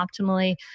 optimally